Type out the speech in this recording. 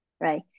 right